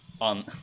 on